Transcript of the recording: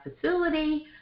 facility